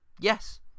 Yes